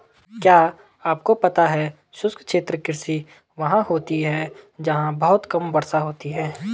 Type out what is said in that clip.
क्या आपको पता है शुष्क क्षेत्र कृषि वहाँ होती है जहाँ बहुत कम वर्षा होती है?